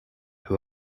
who